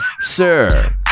sir